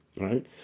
Right